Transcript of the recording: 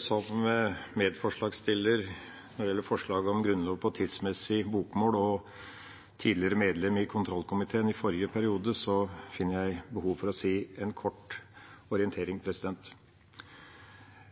Som medforslagsstiller når det gjelder forslaget om Grunnloven på tidsmessig bokmål, og som medlem av kontroll- og konstitusjonskomiteen i forrige periode, finner jeg behov for å gi en kort orientering.